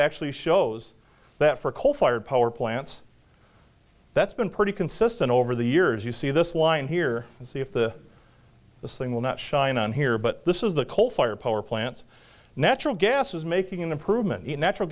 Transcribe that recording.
actually shows that for coal fired power plants that's been pretty consistent over the years you see this line here and see if the this thing will not shine on here but this is the coal fired power plants natural gas is making an improvement in natural